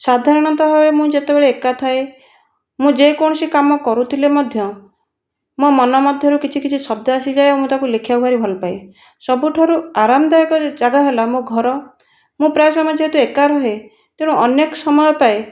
ସାଧାରଣତଃ ଭାବେ ମୁଁ ଯେତେବେଳେ ଏକା ଥାଏ ମୁଁ ଯେକୌଣସି କାମ କରୁଥିଲେ ମଧ୍ୟ ମୋ' ମନ ମଧ୍ୟରୁ କିଛିକିଛି ଶବ୍ଦ ଆସିଯାଏ ଏବଂ ମୁଁ ତାକୁ ଲେଖିବାକୁ ଭାରି ଭଲପାଏ ସବୁଠାରୁ ଆରାମଦାୟକ ଜାଗା ହେଲା ମୋ' ଘର ମୁଁ ପ୍ରାୟ ସମୟ ଯେହେତୁ ଏକା ରୁହେ ତେଣୁ ଅନେକ ସମୟ ପାଏ